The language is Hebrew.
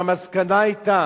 המסקנה היתה